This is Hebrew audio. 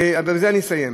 ובזה אני אסיים.